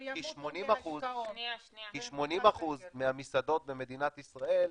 הם ימותו --- כי 80% מהמסעדות במדינת ישראל,